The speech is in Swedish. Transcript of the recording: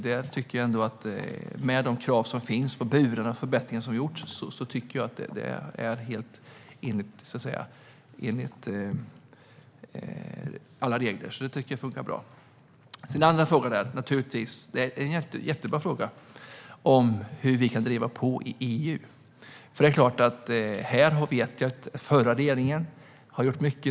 Med tanke på de krav som finns på burarna och de förbättringar som har gjorts tycker jag att detta sker helt enligt alla regler. Jag tycker att det funkar bra. Den andra frågan, och det är en jättebra fråga, var hur vi kan driva på i EU. Den förra regeringen gjorde mycket.